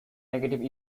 negative